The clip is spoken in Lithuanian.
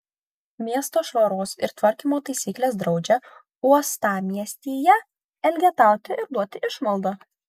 miesto švaros ir tvarkymo taisyklės draudžia uostamiestyje elgetauti ir duoti išmaldą